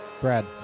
Brad